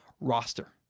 roster